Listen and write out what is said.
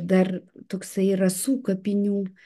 dar toksai rasų kapinių